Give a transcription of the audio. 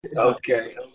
okay